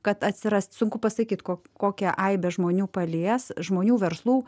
kad atsirast sunku pasakyt ko kokią aibę žmonių palies žmonių verslų